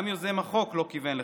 גם יוזם החוק לא כיוון לכך,